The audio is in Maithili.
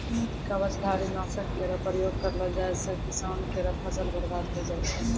कवचधारी? नासक केरो प्रयोग करलो जाय सँ किसान केरो फसल बर्बाद होय जाय छै